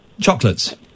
Chocolates